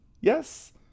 yes